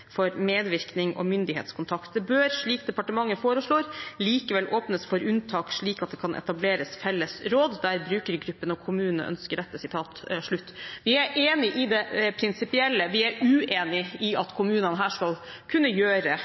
for medvirkning og myndighetskontakt. Det bør, slik departementet foreslår, likevel åpnes for unntak slik at det kan etableres felles råd der brukergruppene og kommunene ønsker dette.» Vi er enig i det prinsipielle. Vi er uenig i at kommunene her skal kunne gjøre